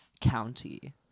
County